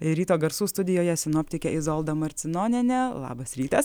ryto garsų studijoje sinoptikė izolda marcinonienė labas rytas